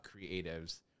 creatives